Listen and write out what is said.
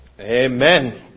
Amen